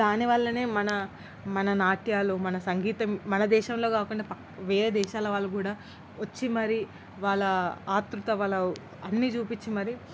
దాని వల్లనే మన మన నాట్యాలు మన సంగీతం మన దేశంలోనే కాకుండా పక్క వేరే దేశాల వాళ్ళు కూడా వచ్చి మరీ వాళ్ళ ఆత్రుత వల్ల అన్ని చూపించి మరీ